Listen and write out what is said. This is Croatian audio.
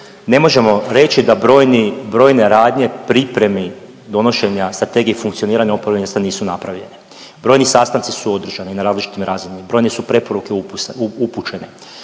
Ne možemo reći da brojni, brojne radnje pripremi donošenje strategije funkcioniranja .../Govornik se ne razumije./... nisu napravljeni. Brojni sastanci su održani na različitim razinama, brojne su preporuke upućene,